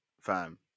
fam